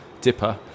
Dipper